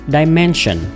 dimension